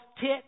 tick